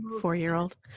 four-year-old